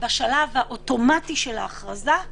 בשלב האוטומטי של ההכרזה,